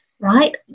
right